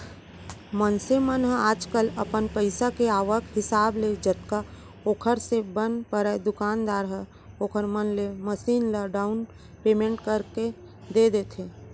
मनसे मन ह आजकल अपन पइसा के आवक हिसाब ले जतका ओखर से बन परय दुकानदार ह ओखर मन ले मसीन ल डाउन पैमेंट करके दे देथे